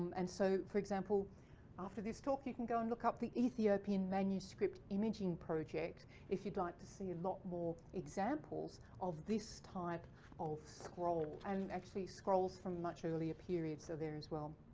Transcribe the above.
and so for example after this talk you can go and look up the ethiopian manuscript imaging project if you'd like to see a lot more examples of this type of scroll and actually scrolls from much earlier periods are there as well.